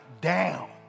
down